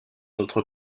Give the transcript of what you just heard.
autre